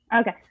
Okay